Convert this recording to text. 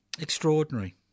Extraordinary